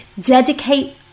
dedicate